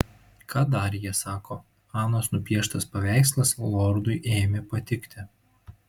ką dar jie sako anos nupieštas paveikslas lordui ėmė patikti